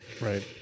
Right